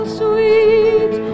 sweet